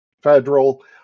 federal